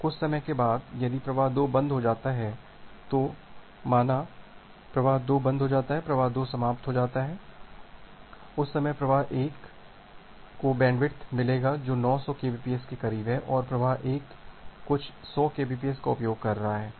अब कुछ समय बाद यदि प्रवाह 2 बंद हो जाता है तो माना प्रवाह 2 बंद हो जाता है प्रवाह 2 समाप्त होता जाता है उस समय प्रवाह 1 को बैंडविड्थ मिलेगा जो 900 केबीपीएस के करीब है और प्रवाह 1 कुछ 100 केबीपीएस का उपयोग कर रहा है